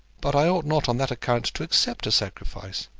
but i ought not on that account to accept a sacrifice.